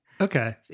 Okay